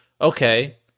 okay